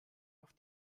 auf